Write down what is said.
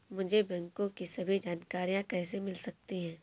मुझे बैंकों की सभी जानकारियाँ कैसे मिल सकती हैं?